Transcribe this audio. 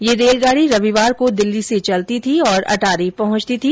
यह रेलगाड़ी रविवार को दिल्ली से चलती थी और अटारी पहुंचती थी